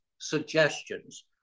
suggestions